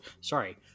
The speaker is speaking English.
Sorry